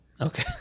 Okay